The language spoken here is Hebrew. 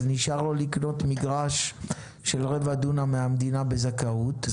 אז נשאר לו לקנות מגרש של רבע דונם מהמדינה בזכאות,